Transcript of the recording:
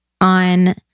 on